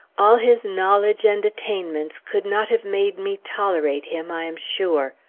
all his knowledge and attainments could not have made me tolerate him, i am sure.